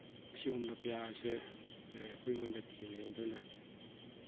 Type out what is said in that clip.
ꯑꯁꯤꯒꯨꯝꯕ ꯀꯌꯥ ꯑꯁꯤ ꯑꯩꯈꯣꯏꯉꯣꯟꯗ ꯊꯦꯡꯅꯩ ꯑꯗꯨꯅ